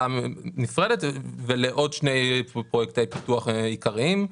נפרדת ולעוד שני פרויקטי פיתוח עיקריים.